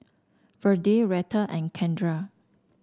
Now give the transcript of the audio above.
Virdie Retta and Kendra